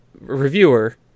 reviewer